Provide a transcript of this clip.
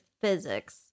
physics